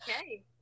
okay